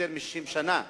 מ-60 שנה.